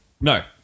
no